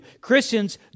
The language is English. Christians